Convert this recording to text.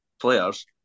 players